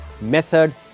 method